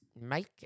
make